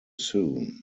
soon